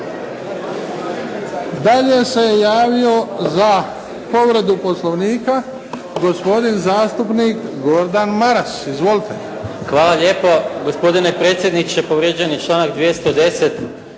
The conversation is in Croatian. Dalje se je javio za povredu poslovnika gospodin zastupnik Gordan Maras. Izvolite. **Maras, Gordan (SDP)** Hvala lijepo gospodine predsjedniče. Povrijeđen je članak 210.